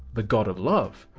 the god of love?